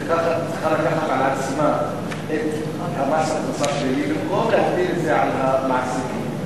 צריכה לקחת על עצמה את מס הכנסה שלילי במקום להטיל את זה על המעסיקים?